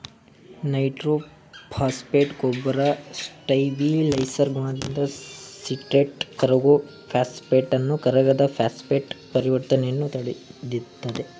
nitrophosphate ಗೊಬ್ಬರ stabiliser ಗುಣದಿಂದ citrate ಕರಗೋ ಫಾಸ್ಫೇಟನ್ನು ಕರಗದ ಫಾಸ್ಫೇಟ್ ಪರಿವರ್ತನೆಯನ್ನು ತಡಿತದೆ